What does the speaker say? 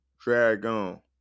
Dragon